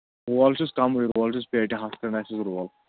role چھُس کَمٕے رول چھُس پیٹہِ ہَتھ کھٔںڈ آسٮ۪س رول